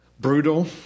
brutal